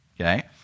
Okay